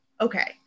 okay